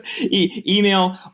email